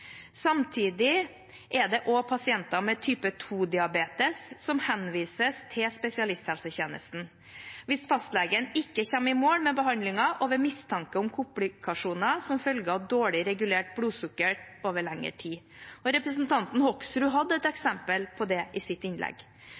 Samtidig er det også pasienter med type 2-diabetes som henvises til spesialisthelsetjenesten, hvis fastlegen ikke kommer i mål med behandlingen, og ved mistanke om komplikasjoner som følge av dårlig regulert blodsukker over lengre tid, og representanten Hoksrud hadde et eksempel på det i sitt innlegg.